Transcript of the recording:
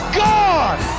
gone